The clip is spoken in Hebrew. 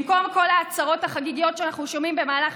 במקום כל ההצהרות החגיגיות שאנחנו שומעים במהלך